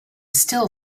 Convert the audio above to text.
still